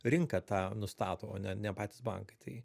rinka tą nustato o ne ne patys bankai tai